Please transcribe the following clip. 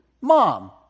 Mom